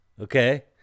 Okay